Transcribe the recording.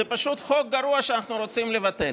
זה פשוט חוק גרוע שאנחנו רוצים לבטל.